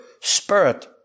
spirit